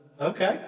Okay